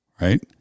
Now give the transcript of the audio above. Right